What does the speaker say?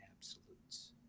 absolutes